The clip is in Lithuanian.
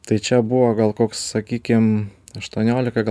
tai čia buvo gal koks sakykim aštuoniolika gal